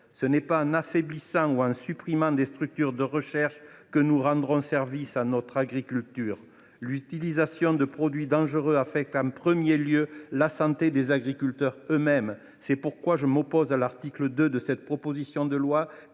Ce n’est pas en affaiblissant ou en supprimant des structures de recherche que nous rendrons service à notre agriculture. L’utilisation de produits dangereux affecte en premier lieu la santé des agriculteurs eux mêmes. C’est pourquoi je m’oppose à l’article 2 de la présente proposition de loi,